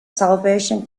salvation